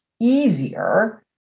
easier